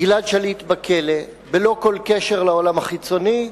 גלעד שליט בכלא בלא כל קשר לעולם החיצוני,